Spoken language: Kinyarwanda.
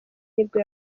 nibwo